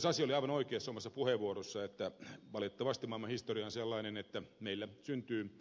sasi oli aivan oikeassa omassa puheenvuorossaan että valitettavasti maailmanhistoria on sellainen että meillä syntyy